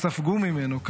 ספגו ממנו,